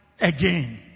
again